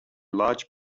large